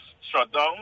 shutdown